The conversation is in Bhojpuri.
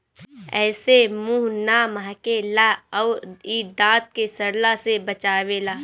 एसे मुंह ना महके ला अउरी इ दांत के सड़ला से बचावेला